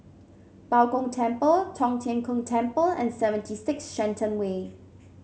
Bao Gong Temple Tong Tien Kung Temple and sevent six Shenton Way